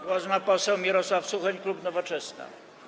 Głos ma poseł Mirosław Suchoń, klub Nowoczesna.